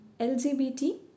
LGBT